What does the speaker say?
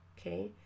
okay